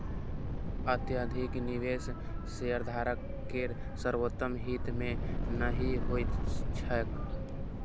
अत्यधिक निवेश शेयरधारक केर सर्वोत्तम हित मे नहि होइत छैक